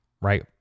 right